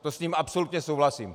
To s ním absolutně souhlasím.